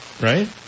right